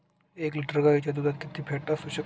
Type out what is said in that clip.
एक लिटर गाईच्या दुधात किती फॅट असू शकते?